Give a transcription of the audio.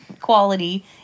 quality